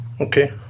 Okay